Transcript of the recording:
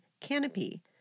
canopy